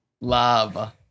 Love